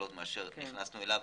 שאלות ממה שנכנסו אליו,